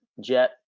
jet